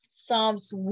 Psalms